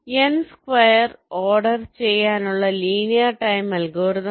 N square order ചെയ്യാനുള്ള linear time algorithm